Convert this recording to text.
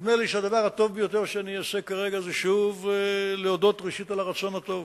נדמה לי שהדבר הטוב ביותר שאעשה כרגע זה שוב להודות על הרצון הטוב